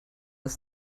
das